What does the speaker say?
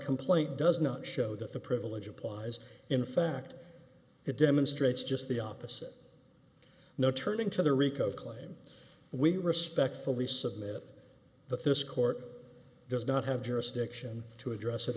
complaint does not show that the privilege applies in fact it demonstrates just the opposite no turning to the rico claim we respectfully submit that this court does not have jurisdiction to address it